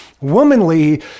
womanly